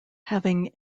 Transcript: having